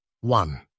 One